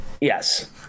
Yes